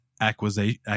acquisition